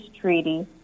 treaty